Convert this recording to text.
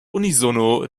unisono